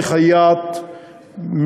ממג'ד-אלכרום,